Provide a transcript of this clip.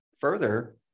further